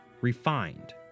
refined